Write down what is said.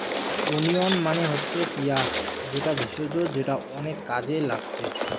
onion মানে হচ্ছে পিঁয়াজ যেটা ভেষজ যেটা অনেক কাজে লাগছে